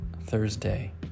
Thursday